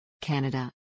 Canada